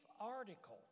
article